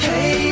Hey